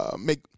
make –